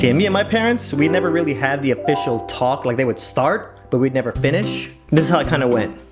yeah me and my parents, we never really had the official talk like they would start but we'd never finish. this is how it kinda kind of went